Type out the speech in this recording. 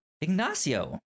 Ignacio